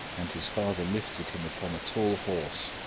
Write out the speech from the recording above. and his father lifted him upon a tall horse,